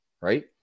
right